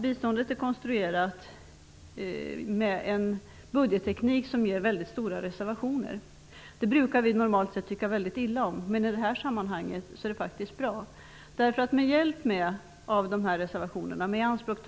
Biståndet är konstruerat med en budgetteknik som ger väldigt stora reservationer. Det brukar vi normalt sett tycka mycket illa om. Men i det här sammanhanget är det faktiskt bra. Om vi tar dessa reservationer i anspråk